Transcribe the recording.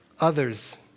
others